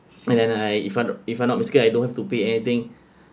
and then I if I'm if I'm not mistake I don't have to pay anything